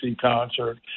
concert